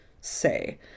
say